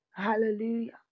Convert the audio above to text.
hallelujah